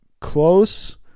close